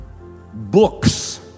books